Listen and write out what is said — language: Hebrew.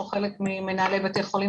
נמצאים פה חלק ממנהלי בתי החולים